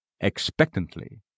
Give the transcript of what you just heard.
expectantly